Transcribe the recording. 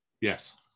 yes